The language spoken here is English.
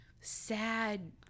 sad